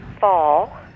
fall